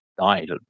died